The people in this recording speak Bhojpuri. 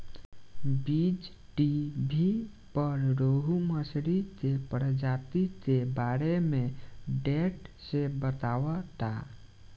बीज़टीवी पर रोहु मछली के प्रजाति के बारे में डेप्थ से बतावता